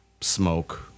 smoke-